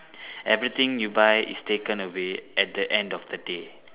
everything you buy is taken away at the end of the day